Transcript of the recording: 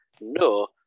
no